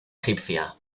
egipcia